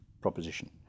proposition